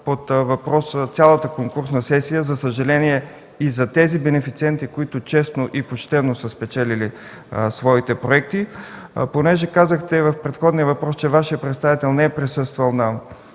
под въпрос цялата конкурсна сесия, за съжаление, и за тези бенефициенти, които честно и почтено са спечелили своите проекти? В предходния въпрос казахте, че Вашият представител не е присъствал на